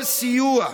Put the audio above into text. כל סיוע,